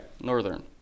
Northern